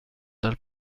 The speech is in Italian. dal